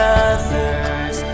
others